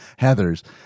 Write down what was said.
Heathers